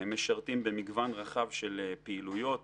הם משרתים במגוון רחב של פעילויות